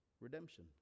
redemption